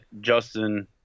Justin